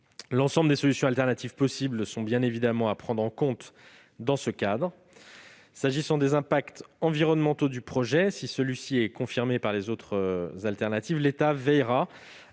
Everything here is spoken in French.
L'ensemble des solutions de rechange possibles sont bien évidemment à prendre en compte dans ce cadre. S'agissant des impacts environnementaux du projet, si celui-ci était confirmé aux dépens des alternatives, l'État veillera